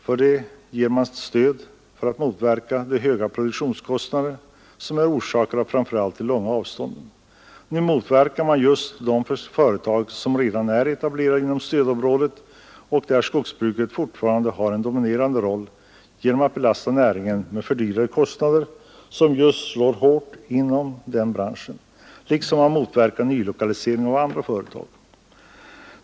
För detta ger man stöd för att motverka de högre produktionskostnader som är orsakade av framför allt de långa avstånden. Nu motverkar man just de företag som redan är etablerade inom stödområdet, där skogsbruket fortfarande har en dominerande roll, genom att belasta näringen med förhöjda kostnader, som just slår hårt inom denna branch, liksom man motverkar nylokalisering av andra företag.